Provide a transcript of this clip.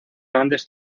grandes